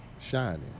Shining